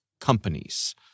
companies